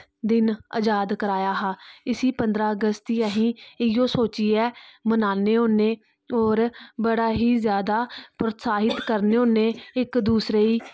दिन आजाद कराया हा इसी पंदरां अगस्त गी असी इयो सोचियै मनांन्ने होन्ने औऱ बड़ा ही ज्यादा प्रोतसाहित करने होन्ने इक दूसरे गी